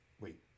wait